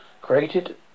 Created